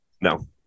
No